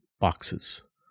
boxes